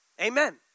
Amen